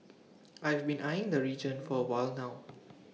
I've been eyeing the region for A while now